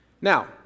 Now